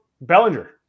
Bellinger